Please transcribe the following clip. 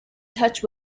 touch